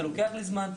זה לוקח לי זמן,